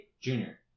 Junior